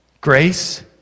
grace